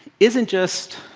isn't just